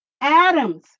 Adam's